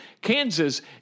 Kansas